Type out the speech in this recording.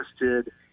interested